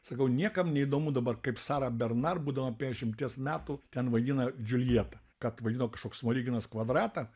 sakau niekam neįdomu dabar kaip sara bernar būdama penkiasdešimties metų ten vaidina džuljetą kad vadino kažkoks smoriginas kvadratą